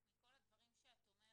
רק מכל הדברים שאת אומרת,